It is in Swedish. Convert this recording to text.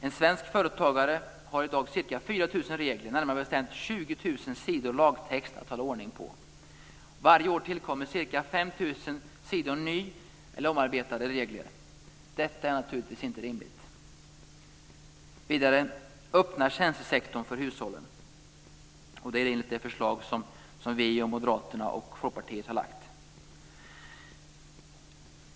En svensk företagare har i dag ca 4 000 regler, närmare bestämt 20 000 sidor lagtext, att hålla ordning på. Varje år tillkommer ca 5 000 sidor nya eller omarbetade regler. Detta är naturligtvis inte rimligt! · Öppna tjänstesektorn för hushållen - detta enligt det förslag som vi, Moderaterna och Folkpartiet har lagt fram.